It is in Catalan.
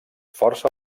força